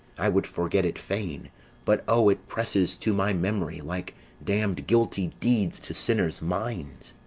i would forget it fain but o, it presses to my memory like damned guilty deeds to sinners' minds!